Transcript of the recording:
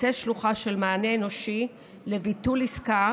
יקצה שלוחה של מענה אנושי לביטול עסקה.